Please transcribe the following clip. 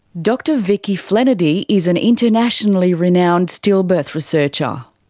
dr vicki flenady is an internationally renowned stillbirth researcher.